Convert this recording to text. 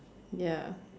ya